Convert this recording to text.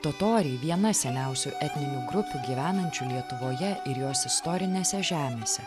totoriai viena seniausių etninių grupių gyvenančių lietuvoje ir jos istorinėse žemėse